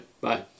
Bye